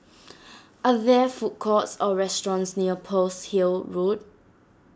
are there food courts or restaurants near Pearl's Hill Road